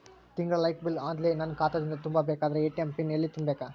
ತಿಂಗಳ light bill online ನನ್ನ ಖಾತಾ ದಿಂದ ತುಂಬಾ ಬೇಕಾದರ ಎ.ಟಿ.ಎಂ ಪಿನ್ ಎಲ್ಲಿ ತುಂಬೇಕ?